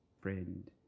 friend